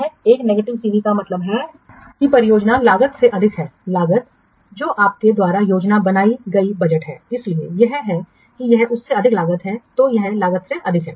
एक नकारात्मक सीवी का मतलब है कि परियोजना लागत से अधिक है लागत जो आपके द्वारा योजना बनाई गई बजट है इसलिए यह है कि यह उससे अधिक लागत है तो यह लागत से अधिक है